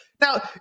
Now